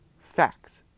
facts